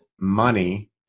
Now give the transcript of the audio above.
money